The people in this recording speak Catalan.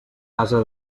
casa